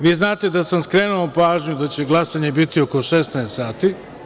Vi znate da sam skrenuo pažnju da će glasanje biti oko 16.00 časova.